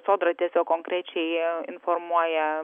sodra tiesiog konkrečiai informuoja